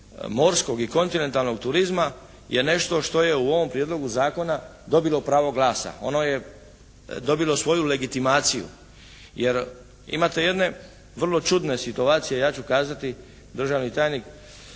morskog i kontinentalnog turizma je nešto što je u ovom prijedlogu zakona dobilo pravo glasa. Ono je dobilo svoju legitimaciju, jer imate jedne vrlo čudne situacije. Ja ću kazati državni tajnik